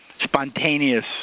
spontaneous